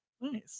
Nice